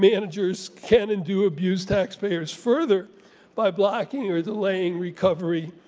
managers can and do abuse taxpayers further by blocking or delaying recovery